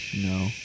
No